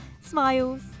smiles